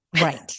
right